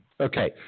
Okay